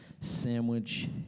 sandwich